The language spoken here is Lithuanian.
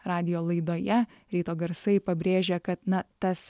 radijo laidoje ryto garsai pabrėžė kad na tas